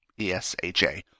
ESHA